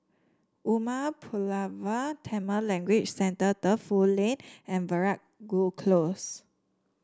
Umar Pulavar Tamil Language Centre Defu Lane and Veeragoo Close